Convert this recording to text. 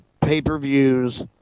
pay-per-views